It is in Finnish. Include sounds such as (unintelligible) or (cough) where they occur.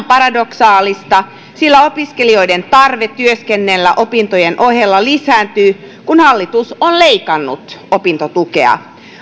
(unintelligible) paradoksaalista sillä opiskelijoiden tarve työskennellä opintojen ohella lisääntyy kun hallitus on leikannut opintotukea